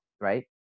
right